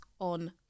on